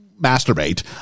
masturbate